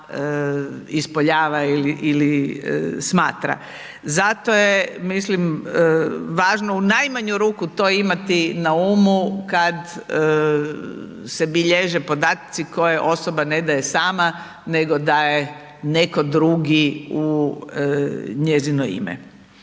ispoljava ili, ili smatra. Zato je, mislim važno u najmanju ruku to imati na umu kad se bilježe podaci koje osoba ne daje sama nego daje neko drugi u njezino ime.